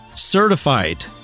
Certified